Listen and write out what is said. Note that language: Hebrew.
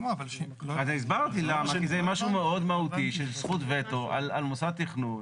זה משהו מאוד מהותי של זכות וטו על מוסד תכנון.